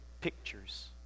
pictures